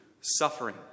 suffering